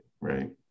right